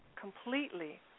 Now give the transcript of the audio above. completely